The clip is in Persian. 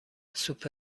سوپ